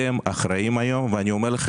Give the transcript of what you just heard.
אני אומר לך,